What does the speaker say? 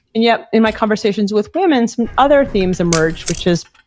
and yet, in my conversations with women, some other themes emerged, which is,